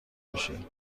بشه